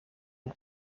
een